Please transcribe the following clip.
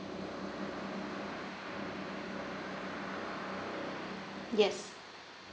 yes